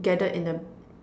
gathered in the